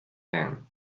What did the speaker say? down